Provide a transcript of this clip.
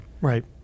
right